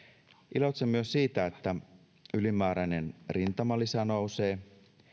iloitsen myös siitä että ylimääräinen rintamalisä nousee